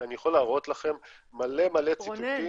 אני יכול להראות לכם מלא מלא ציטוטים -- רונן,